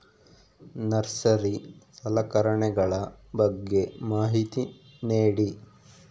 Nursery ಸಲಕರಣೆಗಳ ಬಗ್ಗೆ ಮಾಹಿತಿ ನೇಡಿ?